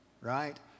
right